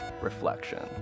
reflection